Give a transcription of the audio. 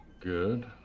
Good